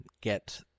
get